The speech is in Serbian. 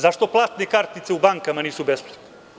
Zašto platne kartice u bankama nisu besplatne?